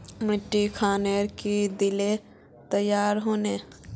मिट्टी खानोक की दिले तैयार होने?